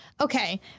Okay